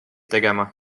tegema